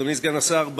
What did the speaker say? אדוני סגן השר,